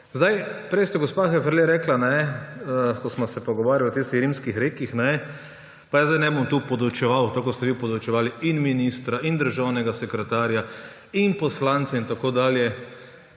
Prej ste, gospa Heferle, rekli, ko smo se pogovarjali o tistih rimskih rekih. Pa jaz zdaj ne bom tu podučeval, tako kot ste vi podučevali in ministra in državnega sekretarja in poslance in tako dalje,